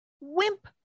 wimp